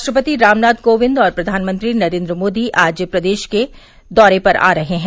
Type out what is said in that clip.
राष्ट्रपति रामनाथ कोविंद और प्रधानमंत्री नरेन्द्र मोदी आज प्रदेश के दौरे पर आ रहे हैं